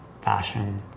fashion